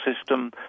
system